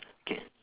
K